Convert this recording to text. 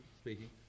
speaking